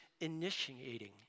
initiating